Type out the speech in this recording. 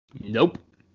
Nope